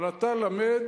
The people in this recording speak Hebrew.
אבל אתה למד